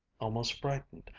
almost frightened,